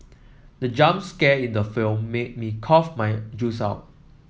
the jump scare in the film made me cough my